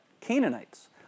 Canaanites